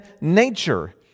nature